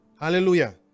Hallelujah